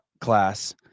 class